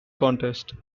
contest